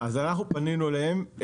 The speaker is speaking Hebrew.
פנינו אליהם.